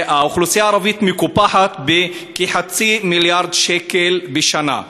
שהאוכלוסייה הערבית מקופחת בכחצי מיליארד שקל בשנה.